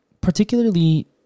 Particularly